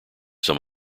some